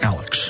Alex